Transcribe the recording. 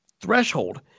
threshold